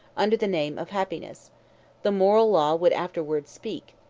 under the name of happiness the moral law would afterwards speak,